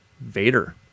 Vader